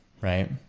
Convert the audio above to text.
right